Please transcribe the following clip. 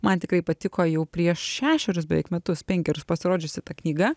man tikrai patiko jau prieš šešerius beveik metus penkerius pasirodžiusi ta knyga